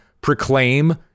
proclaim